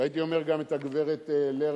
והייתי אומר גם את הגברת לרנר,